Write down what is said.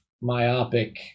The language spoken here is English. myopic